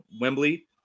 Wembley